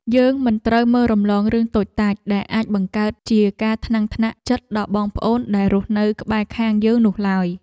យើងមិនត្រូវមើលរំលងរឿងតូចតាចដែលអាចបង្កើតជាការថ្នាំងថ្នាក់ចិត្តដល់បងប្អូនដែលរស់នៅក្បែរខាងយើងនោះឡើយ។